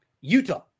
Utah